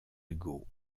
hugo